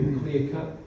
clear-cut